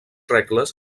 regles